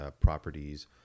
properties